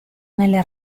nelle